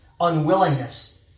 unwillingness